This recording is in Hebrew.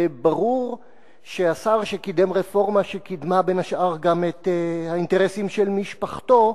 וברור שהשר שקידם רפורמה שקידמה בין השאר גם את האינטרסים של משפחתו,